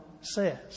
says